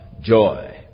joy